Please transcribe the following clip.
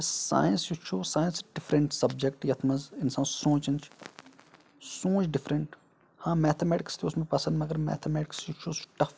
science یُس چھُ science different subject یتھ منٛز اِنسان سونٛچان چھُ سونٛچ ڈِفرَنٛٹ ہاں میٚتھَمیٚٹِکس تہِ اوس مےٚ پسنٛد مگر میٚتھَمیٚٹِکس یُس چھُ سُہ چھُ ٹَف